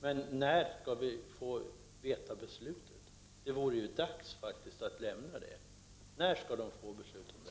Men när skall vi få veta beslutet? Det vore faktiskt dags att lämna det. När skall de få besked om detta?